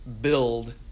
build